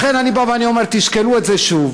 לכן אני בא ואני אומר: תשקלו את זה שוב.